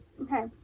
Okay